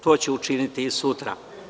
To ću učiniti i sutra.